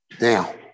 Now